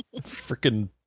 Freaking